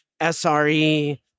SRE